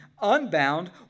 unbound